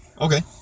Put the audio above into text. Okay